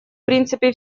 принципы